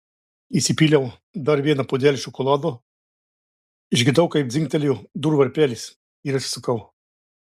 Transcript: įsipyliau dar vieną puodelį šokolado išgirdau kaip dzingtelėjo durų varpelis ir atsisukau